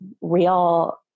real